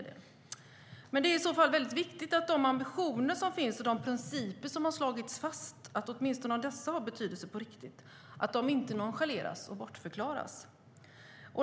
Det är i så fall viktigt att ambitionerna och de fastslagna principerna har betydelse på riktigt, att de inte nonchaleras och bortförklaras.